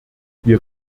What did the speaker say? wir